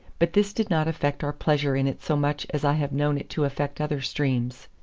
but this did not affect our pleasure in it so much as i have known it to affect other streams.